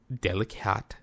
delicate